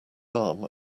arm